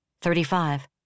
Thirty-five